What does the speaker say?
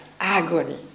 agony